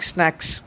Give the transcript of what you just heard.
Snacks